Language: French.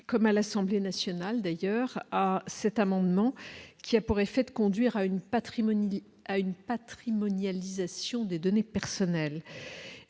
comme à l'Assemblée nationale, d'ailleurs à cet amendement qui a pour effet de conduire à une patrimoniale à une patrimonial